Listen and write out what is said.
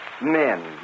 Men